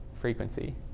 frequency